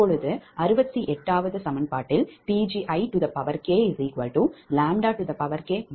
இப்போது 68 சமன்பாட்டில் Pgikʎk bi2diʎkBii